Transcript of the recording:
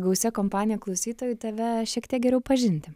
gausia kompanija klausytojų tave šiek tiek geriau pažinti